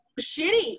shitty